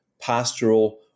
pastoral